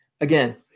again